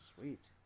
Sweet